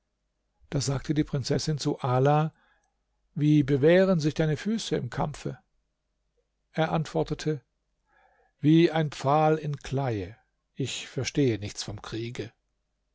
da sagte die prinzessin zu ala wie bewähren sich deine füße im kampfe er antwortete wie ein pfahl in kleie ich verstehe nichts vom kriege